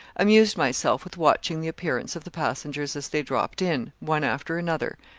amused myself with watching the appearance of the passengers as they dropped in, one after another,